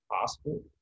possible